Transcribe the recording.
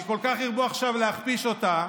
שכל כך הרבו עכשיו להכפיש אותה,